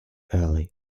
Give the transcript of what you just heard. early